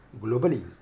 Globally